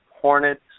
Hornets